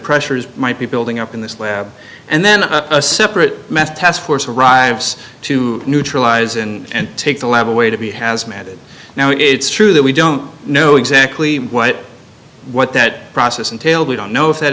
pressures might be building up in this lab and then a separate meth task force arrives to neutralize and take the level way to be has made it now it's true that we don't know exactly what what that process entailed we don't know if